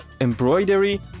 embroidery